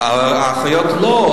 האחיות לא,